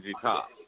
Top